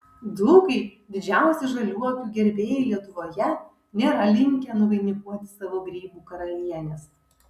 dzūkai didžiausi žaliuokių gerbėjai lietuvoje nėra linkę nuvainikuoti savo grybų karalienės